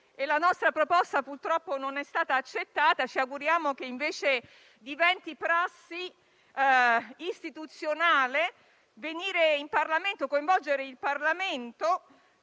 La nostro proposta, purtroppo, non è stata accettata e ci auguriamo che invece diventi prassi istituzionale venire in Parlamento e coinvolgerlo in occasione